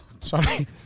sorry